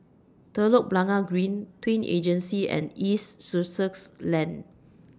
Telok Blangah Green Twin Regency and East Sussex Lane